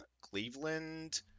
Cleveland